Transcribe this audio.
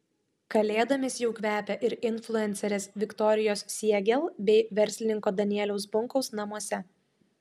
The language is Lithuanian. kalėdomis jau kvepia ir influencerės viktorijos siegel bei verslininko danieliaus bunkaus namuose